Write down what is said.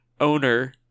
owner